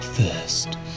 First